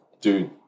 Dude